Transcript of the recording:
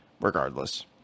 Regardless